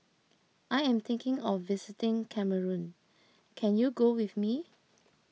I am thinking of visiting Cameroon can you go with me